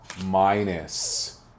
minus